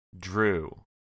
Drew